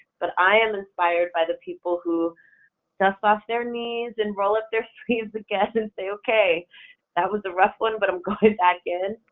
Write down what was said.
but i am inspired by the people who dust off their knees, and roll up their sleeves again and say okay that was a rough one, but i'm going back in.